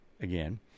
again